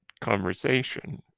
conversation